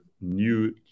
new